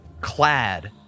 clad